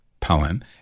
poem